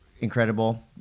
incredible